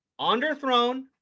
underthrown